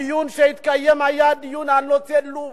הדיון שהתקיים היה דיון על נושא לוב.